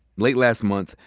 late last month,